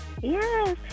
yes